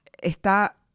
está